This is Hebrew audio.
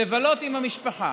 לבלות עם המשפחה,